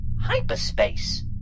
hyperspace